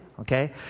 okay